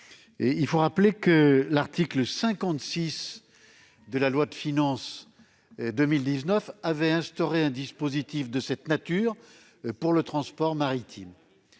carbone. Rappelons que l'article 56 de la loi de finances pour 2019 avait instauré un dispositif de même nature pour le transport maritime.